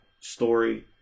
story